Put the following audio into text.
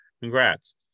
congrats